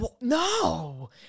No